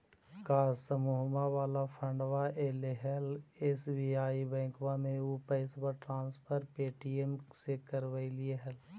का समुहवा वाला फंडवा ऐले हल एस.बी.आई बैंकवा मे ऊ पैसवा ट्रांसफर पे.टी.एम से करवैलीऐ हल?